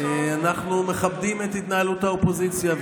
אנחנו מכבדים את התנהלות האופוזיציה.